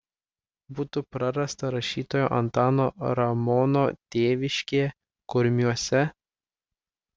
būtų prarasta rašytojo antano ramono tėviškė kurmiuose